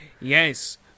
Yes